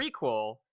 prequel